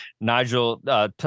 nigel